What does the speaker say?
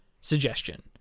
suggestion